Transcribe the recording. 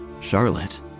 Charlotte